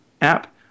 app